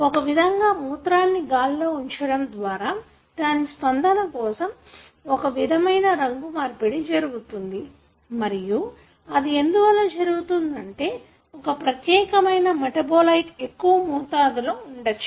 ఒక విధంగా మూత్రాన్ని గాలిలో ఉంచడం ద్వారా దాని స్పందన కోసం ఒక విధమైన రంగు మార్పిడి జరుగుతుంది మరియు అది ఎందువల్ల జరుగుతుందంటే ఒక ప్రత్యేకమైన మెటాబోలైట్ ఎక్కువ మోతాదులో ఉండవచ్చు